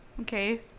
Okay